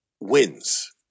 wins